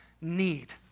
need